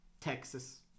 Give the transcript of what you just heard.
Texas